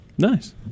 Nice